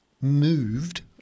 moved